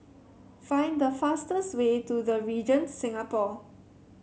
find the fastest way to The Regent Singapore